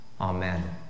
Amen